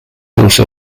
also